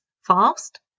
fast